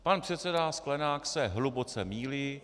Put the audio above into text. Pan předseda Sklenák se hluboce mýlí.